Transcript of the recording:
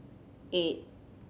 eight